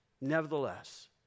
nevertheless